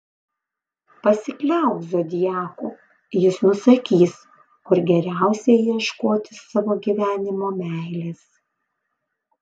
pasikliauk zodiaku jis nusakys kur geriausia ieškoti savo gyvenimo meilės